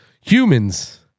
Humans